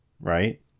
right